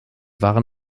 waren